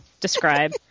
describe